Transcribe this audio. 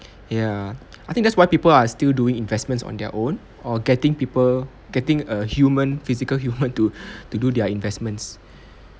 ya I think that's why people are still doing investments on their own or getting people getting a human physical human to to do their investments